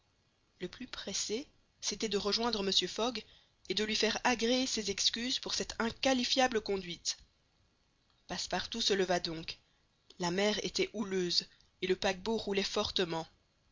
le plus pressé c'était de rejoindre mr fogg et de lui faire agréer ses excuses pour cette inqualifiable conduite passepartout se leva donc la mer était houleuse et le paquebot roulait fortement